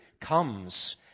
comes